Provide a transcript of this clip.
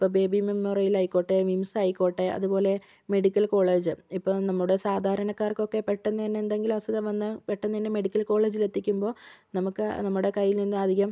ഇപ്പം Baby Memorial ആയിക്കോട്ടെ MIMS ആയിക്കോട്ടെ അതുപോലെ മെഡിക്കൽ കോളേജ് ഇപ്പോൾ നമ്മുടെ സാധാരണക്കാർക്കൊക്കെ പെട്ടെന്ന് തന്നെ എന്തെങ്കിലും അസുഖം വന്നാൽ പെട്ടെന്ന് തന്നെ മെഡിക്കൽ കോളേജിൽ എത്തിക്കുമ്പോൾ നമുക്ക് നമ്മുടെ കയ്യിൽ നിന്നും അധികം